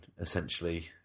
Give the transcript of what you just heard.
essentially